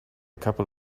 couple